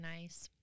nice